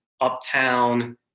uptown